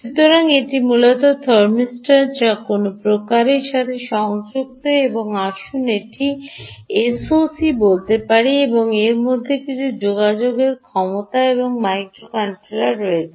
সুতরাং এটি মূলত থার্মিস্টর যা কোনও প্রকারের সাথে সংযুক্ত এবং আসুন একটি এসওসি বলতে পারি এবং এর মধ্যে কিছুটা যোগাযোগের ক্ষমতা এবং মাইক্রোকন্ট্রোলারও রয়েছে